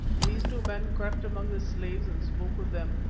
these two men crept among the slaves and spoke with them.